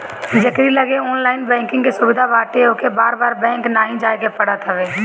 जेकरी लगे online banking के सुविधा बाटे ओके बार बार बैंक नाइ जाए के पड़त हवे